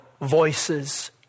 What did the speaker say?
voices